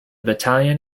battalion